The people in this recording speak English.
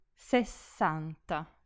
Sessanta